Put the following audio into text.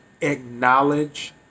acknowledge